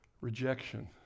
rejection